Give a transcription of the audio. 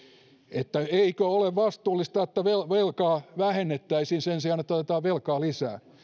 että eikö olisi vastuullista että velkaa velkaa vähennettäisiin sen sijaan että otetaan velkaa lisää